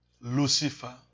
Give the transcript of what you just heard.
Lucifer